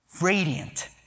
radiant